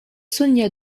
sonia